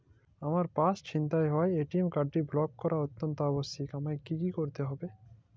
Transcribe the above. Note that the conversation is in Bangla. আমার পার্স ছিনতাই হওয়ায় এ.টি.এম কার্ডটি ব্লক করা অত্যন্ত আবশ্যিক আমায় কী কী করতে হবে?